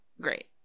great